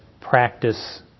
practice